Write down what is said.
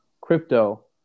crypto